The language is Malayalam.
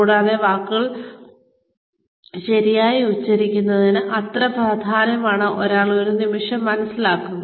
കൂടാതെ വാക്കുകൾ ശരിയായി ഉച്ചരിക്കുന്നത് എത്ര പ്രധാനമാണെന്ന് ഒരാൾ ആ നിമിഷം മനസ്സിലാക്കുന്നു